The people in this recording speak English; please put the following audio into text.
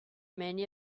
many